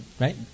right